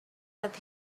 that